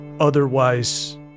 otherwise